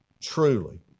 truly